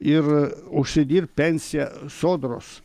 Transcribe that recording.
ir užsidirbt pensiją sodros